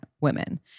women